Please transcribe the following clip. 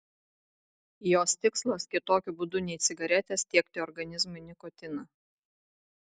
jos tikslas kitokiu būdu nei cigaretės tiekti organizmui nikotiną